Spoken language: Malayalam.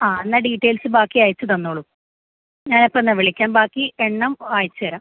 ആ എന്നാല് ഡീറ്റെയിൽസ് ബാക്കി അയച്ച് തന്നോളൂ ഞാനപ്പോള് എന്നാല് വിളിക്കാം ബാക്കി എണ്ണം അയച്ചുതരാം